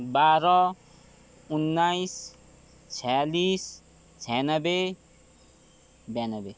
बाह्र उन्नाइस छ्यालिस छ्यानब्बे ब्यानब्बे